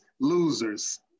losers